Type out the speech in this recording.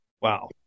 Wow